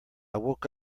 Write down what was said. woke